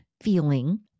feeling